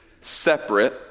separate